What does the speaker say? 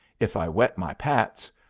if i wet my pats,